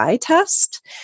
test